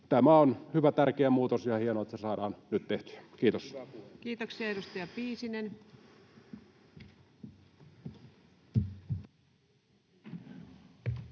Tämä on hyvä, tärkeä muutos, ja on hienoa, että se saadaan nyt tehtyä. — Kiitos. Kiitoksia. — Edustaja Piisinen. Arvoisa